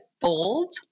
bold